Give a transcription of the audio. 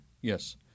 Yes